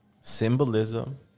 symbolism